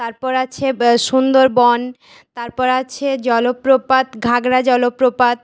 তারপর আছে সুন্দরবন তারপর আছে জলপ্রপাত ঘাগরা জলপ্রপাত